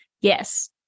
Yes